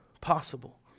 possible